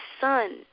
son